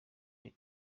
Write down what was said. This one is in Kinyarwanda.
the